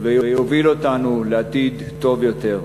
ויוביל אותנו לעתיד טוב יותר.